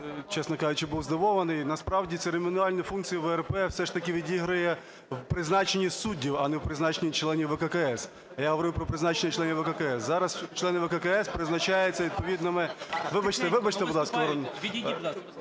чесно кажучи, був здивований. Насправді церемоніальні функції ВРП все ж таки відіграє в призначенні суддів, а не в призначенні членів ВККС. Я говорив про призначення членів ВККС. Зараз члени ВККС призначаються відповідними… (Шум у залі) Вибачте, вибачте, будь ласка. ГОЛОВУЮЧИЙ. Тихенько.